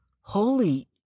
Holy